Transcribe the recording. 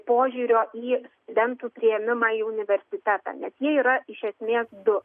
požiūrio į studentų priėmimą į universitetą nes jie yra iš esmės du